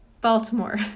Baltimore